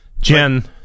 Jen